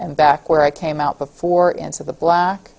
and back where it came out before into the block